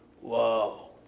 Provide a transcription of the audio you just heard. Whoa